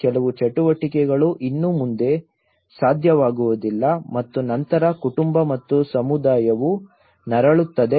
ಕೆಲವು ಚಟುವಟಿಕೆಗಳು ಇನ್ನು ಮುಂದೆ ಸಾಧ್ಯವಾಗುವುದಿಲ್ಲ ಮತ್ತು ನಂತರ ಕುಟುಂಬ ಮತ್ತು ಸಮುದಾಯವು ನರಳುತ್ತದೆ